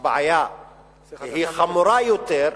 היות שהבעיה חמורה יותר,